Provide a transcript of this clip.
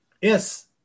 Yes